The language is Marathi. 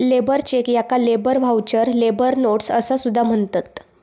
लेबर चेक याका लेबर व्हाउचर, लेबर नोट्स असा सुद्धा म्हणतत